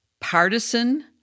partisan